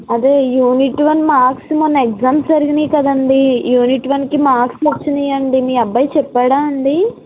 అదే unit one marks మొన్న exams జరిగినయి కదండి యూనిట్ వన్కి మార్క్స్ వచ్చినయి అండీ మీ అబ్బాయి చెప్పాడా అండీ